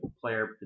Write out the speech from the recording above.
player